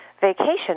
vacation